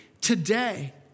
today